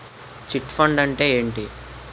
Chit fund అంటే ఏంటి?